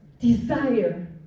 desire